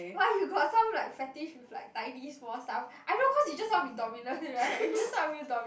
why you got some like fetish with like tidy small stuff I know cause you just want to be dominant right you just want to feel dominant